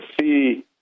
see